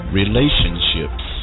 relationships